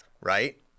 right